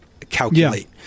calculate